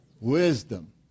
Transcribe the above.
Wisdom